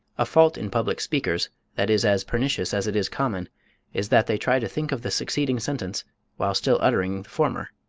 a fault in public speakers that is as pernicious as it is common is that they try to think of the succeeding sentence while still uttering the former,